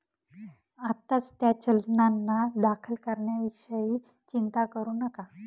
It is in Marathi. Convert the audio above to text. आत्ताच त्या चलनांना दाखल करण्याविषयी चिंता करू नका